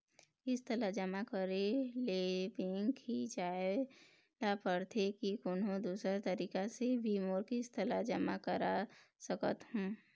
किस्त ला जमा करे ले बैंक ही जाए ला पड़ते कि कोन्हो दूसरा तरीका से भी मोर किस्त ला जमा करा सकत हो?